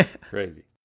Crazy